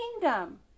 kingdom